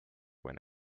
when